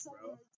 bro